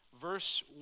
verse